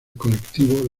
colectivo